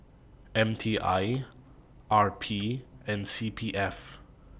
M T I R P and C P F